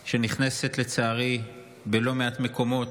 שנכנסת, לצערי, בלא מעט מקומות.